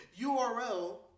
URL